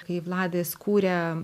kai vladas kūrė